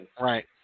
Right